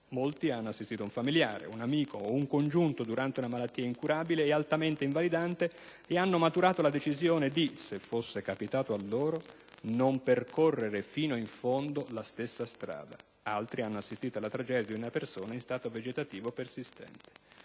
Molti hanno assistito un familiare, un amico o un congiunto durante una malattia incurabile e altamente invalidante ed hanno maturato la decisione di, se fosse capitato a loro, non percorrere fino in fondo la stessa strada. Altri hanno assistito alla tragedia di una persona in stato vegetativo persistente.